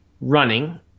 running